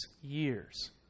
years